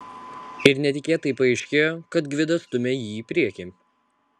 ir netikėtai paaiškėjo kad gvidas stumia jį į priekį